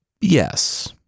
yes